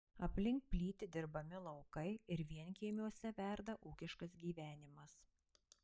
aplink plyti dirbami laukai ir vienkiemiuose verda ūkiškas gyvenimas